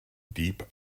deep